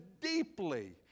deeply